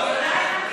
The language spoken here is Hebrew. כן.